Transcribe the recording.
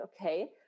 okay